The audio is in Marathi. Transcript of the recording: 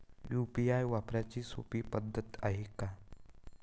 यू.पी.आय वापराची सोपी पद्धत हाय का?